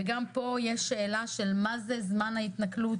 גם פה יש שאלה מה זה זמן ההתנכלות,